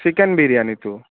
chicken বিৰিয়ানীটো